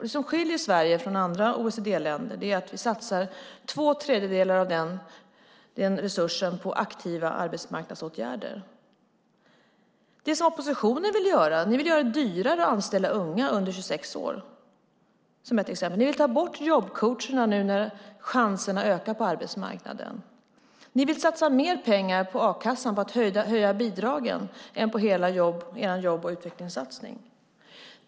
Det som skiljer Sverige från andra OECD-länder är att vi satsar två tredjedelar av den resursen på aktiva arbetsmarknadsåtgärder. Ni i oppositionen vill göra det dyrare att anställa unga under 26 år - det är ett exempel. Ni vill ta bort jobbcoacherna nu när chanserna ökar på arbetsmarknaden. Ni vill satsa mer pengar på a-kassan, på att höja bidragen, än på hela er jobb och utvecklingssatsning.